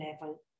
level